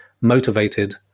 motivated